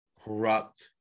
corrupt